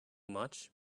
much